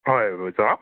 হয়